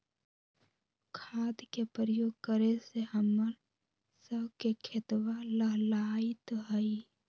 खाद के प्रयोग करे से हम्मर स के खेतवा लहलाईत हई